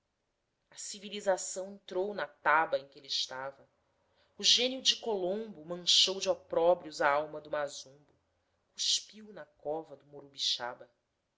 a civilização entrou na taba em que ele estava o gênio de colombo manchou de opróbrios a alma do mazombo cuspiu na cova do morubixaba